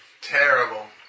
Terrible